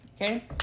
Okay